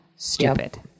Stupid